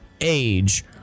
age